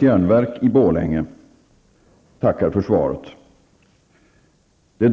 Järnverk i Borlänge tackar för svaret.